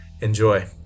Enjoy